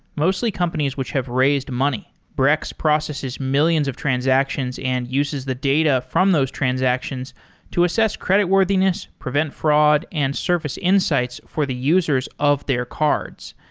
mostly companies which have raised money. brex processes millions of transactions and uses the data from those transactions to so asses credit-worthiness, prevent fraud and service insights for the users of their cards.